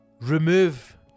remove